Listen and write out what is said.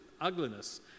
ugliness